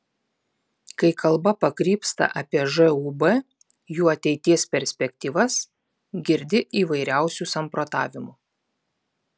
kai kalba pakrypsta apie žūb jų ateities perspektyvas girdi įvairiausių samprotavimų